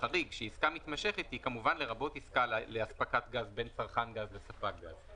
בחריג שהעסקה מתמשכת היא כמובן לרבות עסקה לאספקת גז בין צרכן לספק גז.